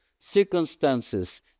circumstances